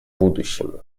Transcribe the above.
будущему